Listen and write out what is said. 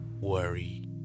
worry